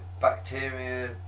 bacteria